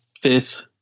fifth